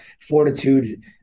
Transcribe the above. fortitude